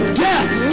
death